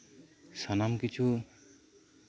ᱥᱟᱱᱟᱢ ᱠᱤᱪᱷᱩ